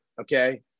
okay